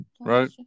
right